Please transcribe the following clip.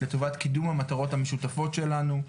לטובת קידום המטרות המשותפות שלנו.